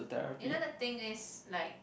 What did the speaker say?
you know the thing is like